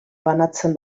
banatzen